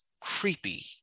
creepy